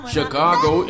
Chicago